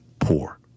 poor